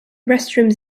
restrooms